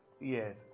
Yes